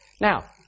Now